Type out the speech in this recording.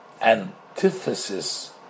antithesis